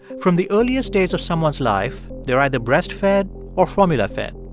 from the earliest days of someone's life, they're either breastfed or formula-fed.